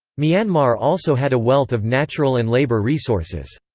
myanmar also had a wealth of natural and labour resources.